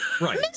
Right